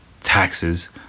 taxes